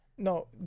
No